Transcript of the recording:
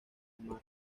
mar